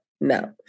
no